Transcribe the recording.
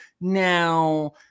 Now